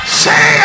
say